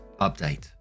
Update